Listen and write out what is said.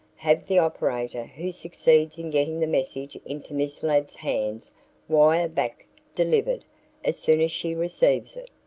have the operator who succeeds in getting the message into miss ladd's hands wire back delivered as soon as she receives it.